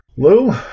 Lou